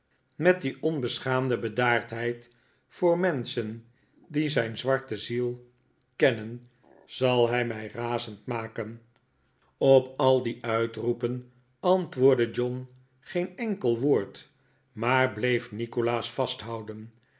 met die onbeschaamde bedaardheid voor menschen die zijn zwarte ziel kennen zal hij mij razend maken op al die uitroepen antwoordde john geen enkel woord maar bleef nikolaas vasthouden